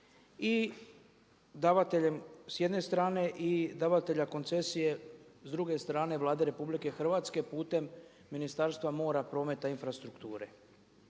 i davateljem s jedne strane i davatelja koncesije s druge strane Vlade RH putem Ministarstva mora, prometa i infrastrukture.